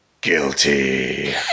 Guilty